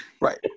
Right